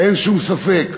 אין שום ספק.